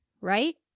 right